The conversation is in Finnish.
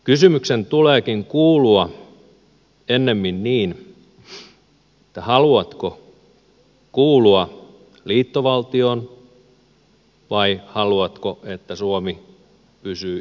kysymyksen tuleekin kuulua ennemmin niin että haluatko kuulua liittovaltioon vai haluatko että suomi pysyy itsenäisenä